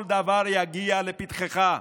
כל דבר יגיע לפתחך.